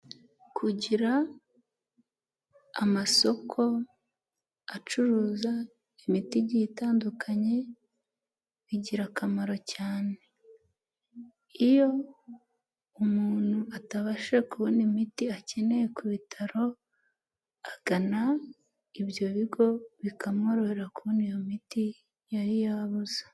Kugira amasoko acuruza imiti igiye itandukanye bigira akamaro cyane, iyo umuntu atabasha kubona imiti akeneye ku bitaro agana ibyo bigo bikamworohera kubona iyo miti yari yabuze.